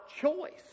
choice